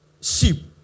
sheep